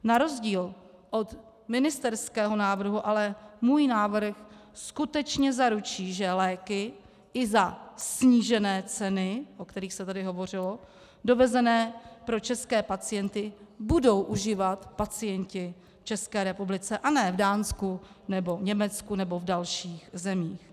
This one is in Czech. Na rozdíl od ministerského návrhu ale můj návrh skutečně zaručí, že léky i za snížené ceny, o kterých se tady hovořilo, dovezené pro české pacienty, budou užívat pacienti v České republice a ne v Dánsku nebo Německu nebo v dalších zemích.